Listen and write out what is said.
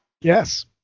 Yes